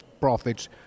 profits